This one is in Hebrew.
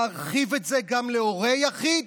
להרחיב את זה גם להורה יחיד